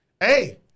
Hey